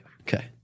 Okay